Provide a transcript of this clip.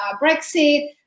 Brexit